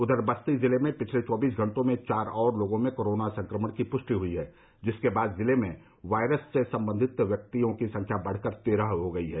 उधर बस्ती जिले में पिछले चौबीस घंटों में चार और लोगों में कोरोना संक्रमण की पुष्टि हुई जिसके बाद जिले में वायरस से संक्रमित व्यक्तियों की संख्या बढ़कर तेरह हो गई है